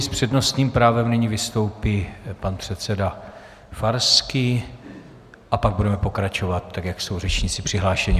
S přednostním právem nyní vystoupí pan předseda Farský a pak budeme pokračovat tak, jak jsou řečníci přihlášeni.